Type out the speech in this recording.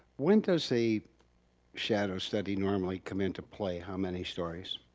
when does a shadow study normally come into play? how many stories?